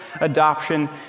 adoption